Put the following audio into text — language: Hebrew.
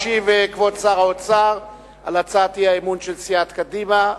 ישיב כבוד שר האוצר על הצעת האי-אמון של סיעת קדימה.